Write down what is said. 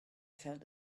felt